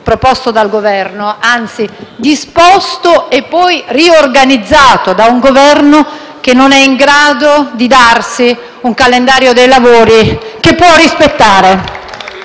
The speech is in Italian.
proposto dal Governo, anzi disposto e poi riorganizzato da un Governo che non è in grado di darsi un calendario dei lavori che possa rispettare.